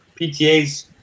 PTAs